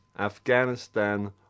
Afghanistan